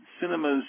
cinema's